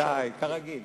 בוודאי, כרגיל.